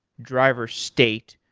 driver state.